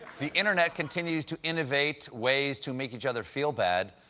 the internet continues to innovate ways to make each other feel bad,